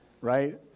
right